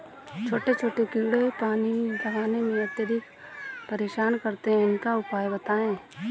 छोटे छोटे कीड़े पानी लगाने में अत्याधिक परेशान करते हैं इनका उपाय बताएं?